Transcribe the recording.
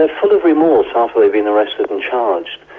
are full of remorse after they've been arrested and charged.